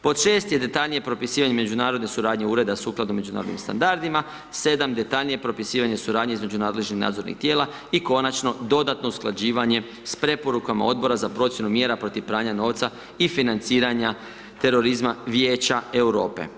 Pod 6. je detaljnije propisivanje međunarodne suradnje ureda sukladno međunarodnim standardima, 7. detaljnije propisivanje suradnje između nadležnih nadzornih tijela i konačno dodatno usklađivanje s preporukama Odbora za procjenu mjera protiv pranja novca i financiranja terorizma Vijeća Europe.